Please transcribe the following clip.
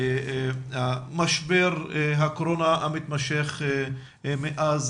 משבר הקורונה המתמשך מאז